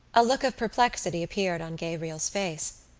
a look of perplexity appeared on gabriel's face.